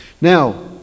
Now